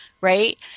Right